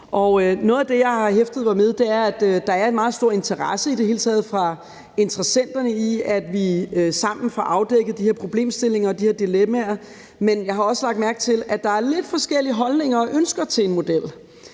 Noget af det, jeg har hæftet mig ved, er, at der er en meget stor interesse i det hele taget fra interessenterne i, at vi sammen får afdækket de her problemstillinger og de her dilemmaer. Men jeg har også lagt mærke til, at der er lidt forskellige holdninger og ønsker til en model